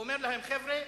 הוא אומר להם: חבר'ה,